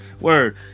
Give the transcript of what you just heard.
word